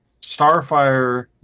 Starfire